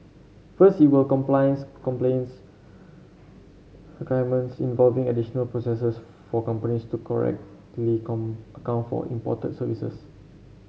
first it will compliance involving additional processes for companies to correctly account for imported services